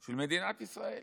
של מדינת ישראל,